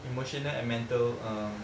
emotional and mental um